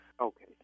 Okay